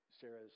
Sarah's